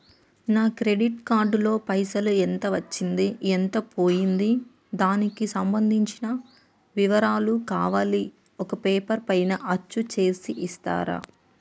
నా credit card లో పైసలు ఎంత వచ్చింది ఎంత పోయింది దానికి సంబంధించిన వివరాలు కావాలి ఒక పేపర్ పైన అచ్చు చేసి ఇస్తరా?